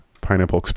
Pineapple